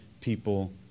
people